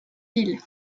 ville